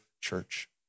church